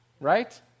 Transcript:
right